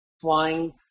flying